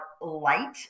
light